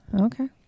Okay